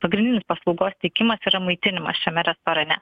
pagrindinis paslaugos teikimas yra maitinimas šiame restorane